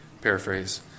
paraphrase